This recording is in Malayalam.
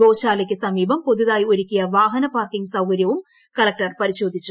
ഗോശാലയ്ക്ക് സമീപം പുതിയതായി ഒരുക്കിയ വാഹ്ട്രി പാർക്കിംഗ് സൌകര്യവും കളക്ടർ പരിശോധിച്ചു